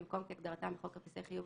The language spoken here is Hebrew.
במקום "כהגדרתם בחוק כרטיסי חיוב,